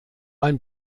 ein